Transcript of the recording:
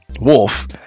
Wolf